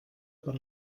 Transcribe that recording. per